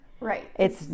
Right